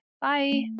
Bye